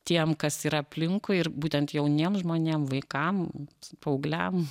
tiem kas yra aplinkui ir būtent jauniem žmonėm vaikam paaugliam